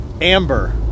Amber